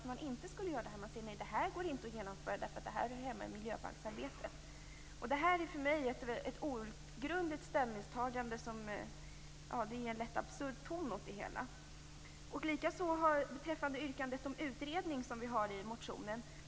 Man säger att det här inte går att genomföra, eftersom det hör hemma i miljöbalksarbetet. Det här är för mig ett outgrundligt ställningstagande, som ger en lätt absurd ton åt det hela. Detsamma gäller det yrkande om en utredning som vi för fram i motionen.